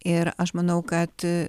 ir aš manau kad